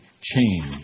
change